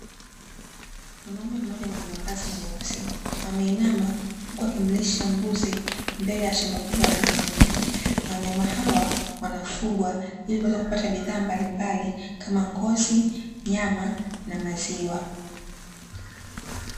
Mwanaume mmoja mwenye mavazi meusi, ameinama huku akimlisha mbuzi, mbele ya shamba kubwa la mahindi. Na wanyama hawa, wanafugwa ili kuweza kupata bidhaa mbalimbali kama ngozi, nyama na maziwa.